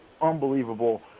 unbelievable